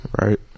Right